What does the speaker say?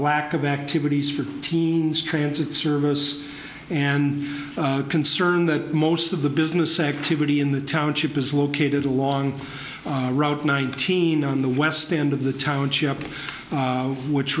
lack of activities for teens transit service and a concern that most of the business activity in the township is located along route nineteen on the west end of the township which